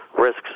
risks